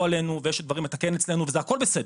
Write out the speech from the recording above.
עלינו ויש דברים לתקן אצלנו וזה הכול בסדר,